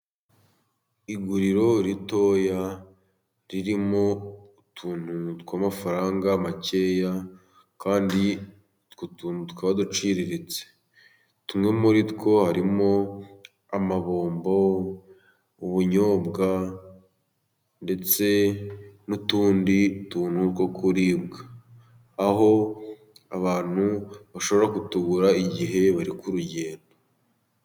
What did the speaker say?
Iguriro ritoya ririmo utuntu tw'amafaranga makeya, kandi utwo tuntu tukaba duciriritse, tumwe muri two harimo amabombo, ubunyobwa, ndetse n'utundi tuntu two kuribwa aho abantu bashobora kutugura igihe bari ku rugendo.